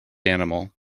animal